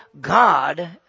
God